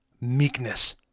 Meekness